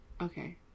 Okay